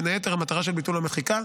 בין היתר המטרה של ביטול המחיקה,